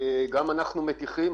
גם אנחנו מתיכים.